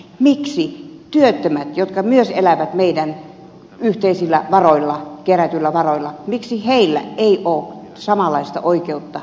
miksi työttömillä jotka myös elävät meidän yhteisillä kerätyillä varoillamme ei ole samanlaista oikeutta kuin opiskelijoilla